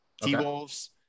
T-Wolves